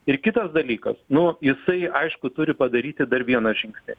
ir kitas dalykas nu jisai aišku turi padaryti dar vieną žingsnį